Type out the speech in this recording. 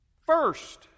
First